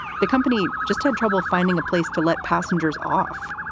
the company just had trouble finding a place to let passengers off.